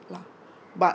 lah but